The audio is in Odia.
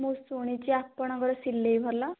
ମୁଁ ଶୁଣିଛି ଆପଣଙ୍କର ସିଲେଇ ଭଲ